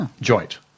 joint